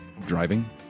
driving